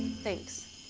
thanks.